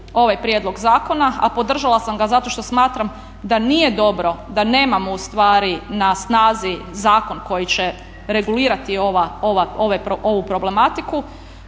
prijedlog zakona, a podržala sam ga zato što smatram da nije dobro da nemamo ustvari na snazi zakon koji će regulirati ovu problematiku,